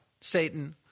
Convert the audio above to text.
Satan